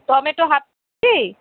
tomato half